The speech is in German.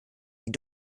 die